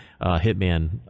hitman